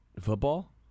football